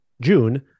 June